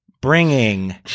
bringing